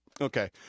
Okay